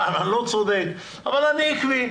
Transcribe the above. פעם אני לא צודק אבל אני עקבי.